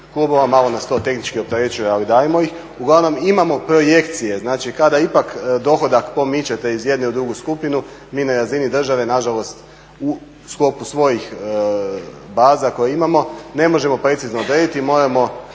klubova. Malo nas to tehnički opterećuje ali dajemo ih. Uglavnom imamo projekcije, znači kada ipak dohodak pomičete iz jedne u drugu skupinu mi na razini države nažalost u sklopu svojih baza koje imamo ne možemo precizno odrediti. Moramo